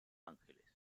ángeles